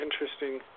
Interesting